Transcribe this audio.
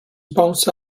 bounce